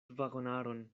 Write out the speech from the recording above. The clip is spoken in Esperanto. vagonaron